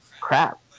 crap